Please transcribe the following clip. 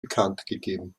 bekanntgegeben